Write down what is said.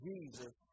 Jesus